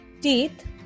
teeth